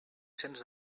cents